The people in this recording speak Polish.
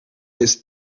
jest